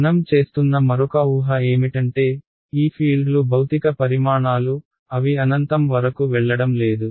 మనం చేస్తున్న మరొక ఊహ ఏమిటంటే ఈ ఫీల్డ్లు భౌతిక పరిమాణాలు అవి అనంతం వరకు వెళ్లడం లేదు